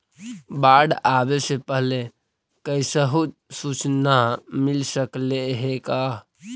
बाढ़ आवे से पहले कैसहु सुचना मिल सकले हे का?